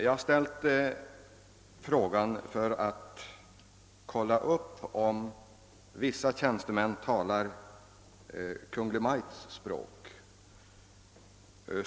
Jag har ställt min fråga för att kollationera om vissa tjänstemän inom skoladministrationen talar Kungl. Maj:ts språk.